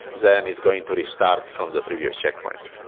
then it's going to restart from the previous checkpoint.